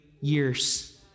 years